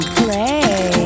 play